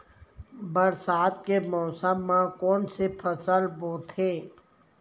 बरसात के मौसम मा कोन से फसल बोथे?